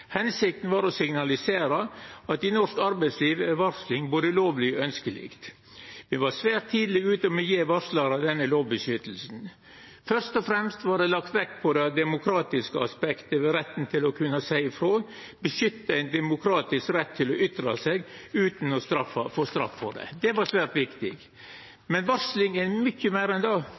var å signalisera at i norsk arbeidsliv er varsling både lovleg og ønskjeleg. Me var svært tidleg ute med å gje varslarar dette vernet i lova. Først og fremst var det lagt vekt på det demokratiske aspektet ved retten til å kunna seia ifrå – å verna ein demokratisk rett til å ytra seg utan å få straff for det. Det var svært viktig. Men varsling er mykje meir enn